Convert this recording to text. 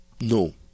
No